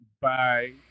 Bye